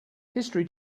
history